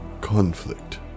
conflict